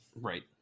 Right